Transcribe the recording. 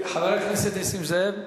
חבר הכנסת נסים זאב?